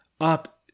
up